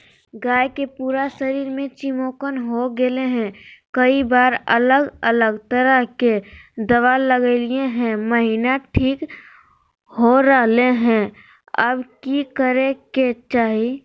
गाय के पूरा शरीर में चिमोकन हो गेलै है, कई बार अलग अलग तरह के दवा ल्गैलिए है महिना ठीक हो रहले है, अब की करे के चाही?